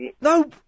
No